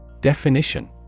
Definition